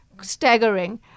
staggering